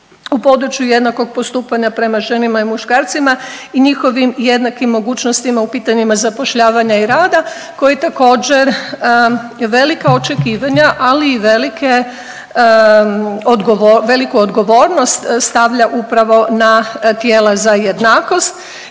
u području jednakog postupanja prema ženama i muškarcima i njihovim jednakim mogućnostima u pitanjima zapošljavanja i rada koji također velike očekivanja, ali i veliku odgovornost stavlja upravo na tijela za jednakost.